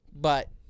But-